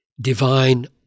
divine